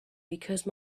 because